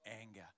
anger